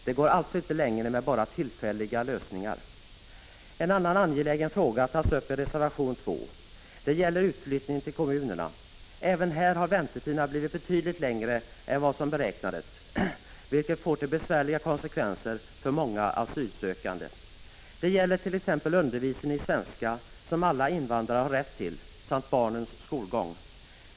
Det går alltså inte längre med bara tillfälliga lösningar. En annan angelägen fråga tas upp i reservation 2. Den gäller utflyttning till kommunerna. Även här har väntetiderna blivit betydligt längre än vad som beräknades, vilket får besvärliga konsekvenser för många asylsökande. Det gäller t.ex. undervisning i svenska, som alla invandrare har rätt till, samt barnens skolgång.